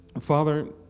Father